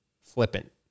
flippant